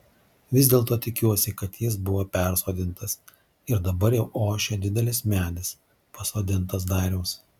vis dėlto tikiuosi kad jis buvo persodintas ir dabar jau ošia didelis medis pasodintas dariaus